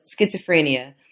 schizophrenia